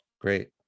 Great